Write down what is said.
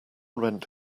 rent